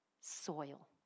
soil